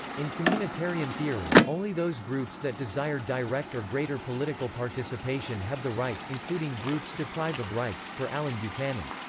in communitarian theory, only those groups that desire direct or greater political participation have the right, including groups deprived of rights, per allen buchanan.